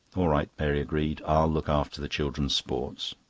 all right, mary agreed. i'll look after the children's sports.